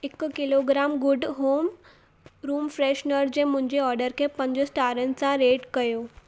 हिकु kilogram good home room freshener जे मुंहिंजे ऑडर खे पंज स्टारनि सां रेट कयो